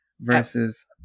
Versus